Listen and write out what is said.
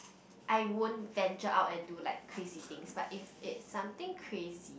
I won't venture out and do like crazy things but if it's something crazy